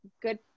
good